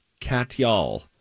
Katyal